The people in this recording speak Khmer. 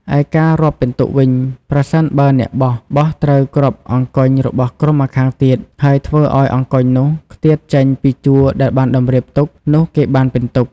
ឯការរាប់ពិន្ទុវិញ ប្រសិនបើអ្នកបោះ បោះត្រូវគ្រាប់អង្គញ់របស់ក្រុមម្ខាងទៀត ហើយធ្វើឱ្យអង្គញ់នោះខ្ទាតចេញពីជួរដែលបានតម្រៀបទុក នោះគេបានពិន្ទុ ។